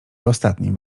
ostatnim